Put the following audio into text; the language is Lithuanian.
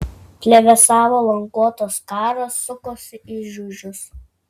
plevėsavo languotos skaros sukosi į žiužius